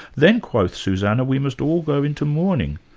then, quoth suzanna, we must all go into mourning.